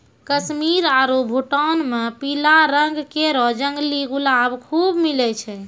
कश्मीर आरु भूटान म पीला रंग केरो जंगली गुलाब खूब मिलै छै